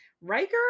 Riker